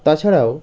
তাছাড়াও